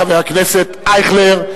חבר הכנסת אייכלר,